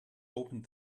opened